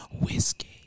Whiskey